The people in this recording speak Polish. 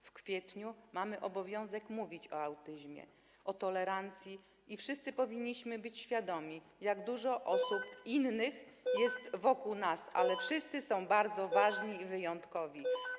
W kwietniu mamy obowiązek mówić o autyzmie, o tolerancji i wszyscy powinniśmy być świadomi, jak dużo osób innych jest wokół nas, ale wszyscy są bardzo ważni i wyjątkowi.